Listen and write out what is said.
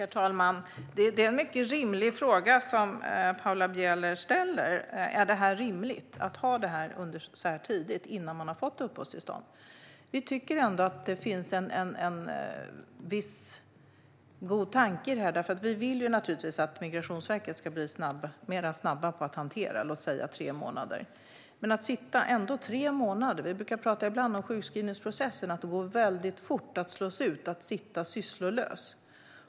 Herr talman! Det är en mycket rimlig fråga som Paula Bieler ställer. Är det rimligt att ha detta så tidigt, innan personen har fått uppehållstillstånd? Vi tycker att det finns en god tanke i det. Vi vill naturligtvis att Migrationsverket ska bli snabbare på att hantera detta - låt oss säga tre månader! Men det är ändå tre månader. Vi pratar ibland om sjukskrivningsprocessen. Det går väldigt fort att slås ut av att sitta sysslolös.